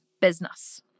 business